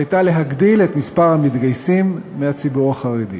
שהייתה להגדיל את מספר המתגייסים מהציבור החרדי.